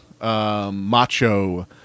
macho